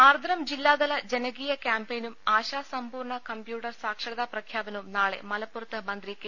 ആർദ്രം ജില്ലാതല ജനകീയ ക്യാംപയിനും ആശാ സമ്പൂർണ്ണ കമ്പ്യൂട്ടർ സാക്ഷരതാ പ്രഖ്യാപനവും നാളെ മലപ്പുറത്ത് മന്ത്രി കെ